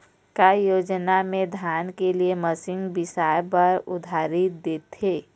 का योजना मे धान के लिए मशीन बिसाए बर उधारी देथे?